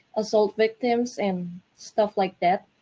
assault victims and stuff like that.